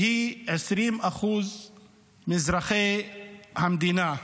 שהיא 20% מאזרחי המדינה.